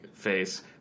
face